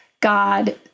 God